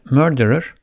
murderer،